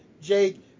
Jake